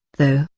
though,